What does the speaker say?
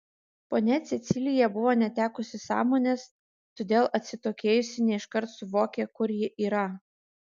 ponia cecilija buvo netekusi sąmonės todėl atsitokėjusi ne iškart suvokė kur ji yra